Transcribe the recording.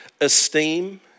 esteem